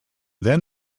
then